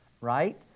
right